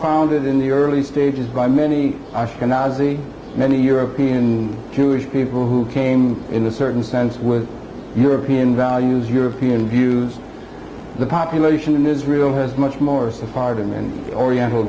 founded in the early stages by many ashkenazi many european jewish people who came in a certain sense with european values european views the population in israel has much more